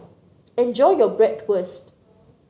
enjoy your Bratwurst